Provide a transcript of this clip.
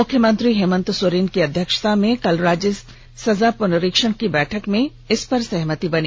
मुख्यमंत्री हेमंत सोरेन की अध्यक्षता में कल राज्य सजा पुनरीक्षण की बैठक में इसपर सहमति बनी